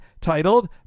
titled